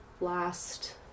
last